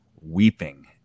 weeping